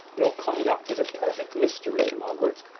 your conduct is a perfect mystery. to margaret,